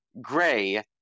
gray